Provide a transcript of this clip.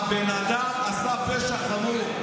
הבן אדם עשה פשע חמור.